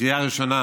בקריאה ראשונה,